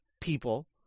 people